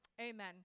Amen